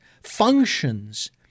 functions